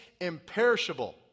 imperishable